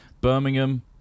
Birmingham